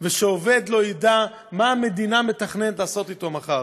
ושעובד לא ידע מה המדינה מתכננת לעשות אתו מחר.